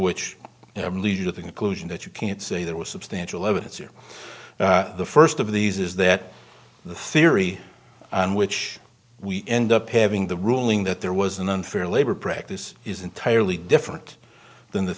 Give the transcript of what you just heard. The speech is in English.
which lead to the conclusion that you can't say there was substantial evidence here the first of these is that the theory on which we end up having the ruling that there was an unfair labor practice is entirely different than the